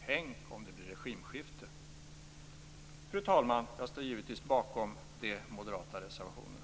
Tänk om det blir regimskifte! Fru talman! Jag står givetvis bakom de moderata reservationerna.